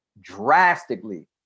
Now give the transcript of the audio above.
drastically